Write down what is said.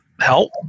help